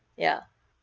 ya